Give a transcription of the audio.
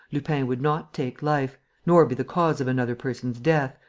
lupin would not take life, nor be the cause of another person's death,